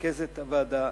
ולמרכזת הוועדה